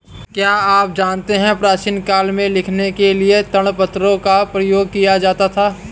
क्या आप जानते है प्राचीन काल में लिखने के लिए ताड़पत्रों का प्रयोग किया जाता था?